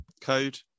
code